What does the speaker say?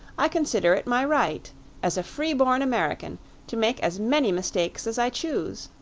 i consider it my right as a freeborn american to make as many mistakes as i choose.